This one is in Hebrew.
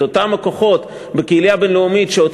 את אותם הכוחות בקהילייה הבין-לאומית שעוד